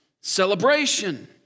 celebration